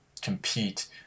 compete